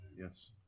Yes